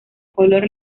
color